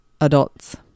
adults